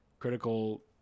critical